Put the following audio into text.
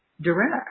direct